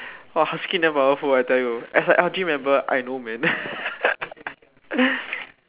!wah! her scream damn powerful I tell you as a L_G member I know man